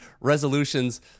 resolutions